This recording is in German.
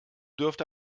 dürfte